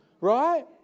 right